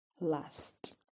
last